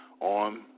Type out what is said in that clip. on